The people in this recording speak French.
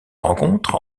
rencontre